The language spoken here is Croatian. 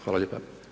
Hvala lijepa.